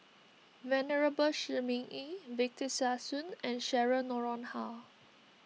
Venerable Shi Ming Yi Victor Sassoon and Cheryl Noronha